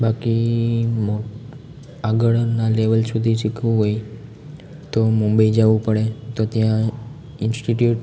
બાકી આગળના લેવલ સુધી શીખવું હોય તો મુંબઈ જાવું પડે તો ત્યાં ઈન્સ્ટિટ્યૂટ